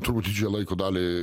turbūt didžiąją laiko dalį